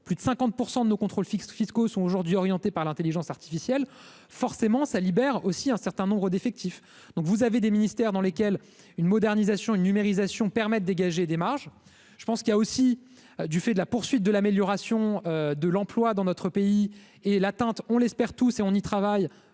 plus de 50 % de nos contrôles fixes fiscaux sont aujourd'hui orientés par l'Intelligence artificielle, forcément ça libère aussi un certain nombre d'effectif, donc vous avez des ministères dans lesquels une modernisation, une numérisation permet de dégager des marges, je pense qu'il y a aussi du fait de la poursuite de l'amélioration de l'emploi dans notre pays et l'atteinte, on l'espère tous et on y travaille,